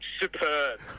Superb